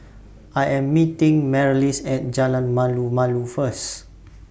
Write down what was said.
I Am meeting Marlys At Jalan Malu Malu First